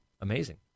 amazing